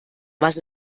was